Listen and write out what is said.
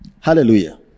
Hallelujah